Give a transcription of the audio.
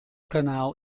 kanaal